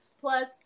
Plus